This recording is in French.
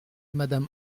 madame